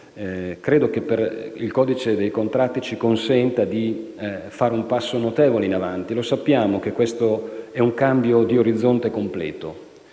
Credo che il codice dei contratti ci consenta di compiere un notevole passo in avanti. Sappiamo che questo è un cambio di orizzonte completo.